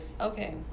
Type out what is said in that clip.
okay